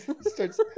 Starts